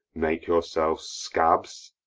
make yourselves scabs?